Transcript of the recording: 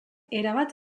erabat